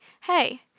Hey